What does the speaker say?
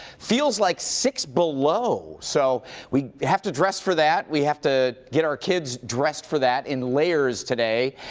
feels like six below. so we have to dress for that. we have to get our kids dressed for that in layer today.